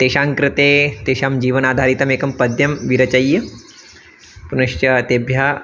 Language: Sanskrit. तेषां कृते तेषां जीवनाधारितमेकं पद्यं विरचय्य पुनश्च तेभ्यः